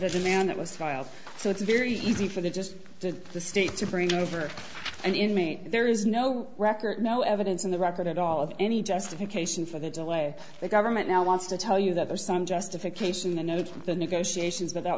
the demand that was filed so it's very easy for they just did the state to bring over and inmate there is no record no evidence in the record at all of any justification for the delay the government now wants to tell you that there's some justification of the negotiations that that